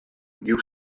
new